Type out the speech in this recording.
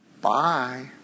Bye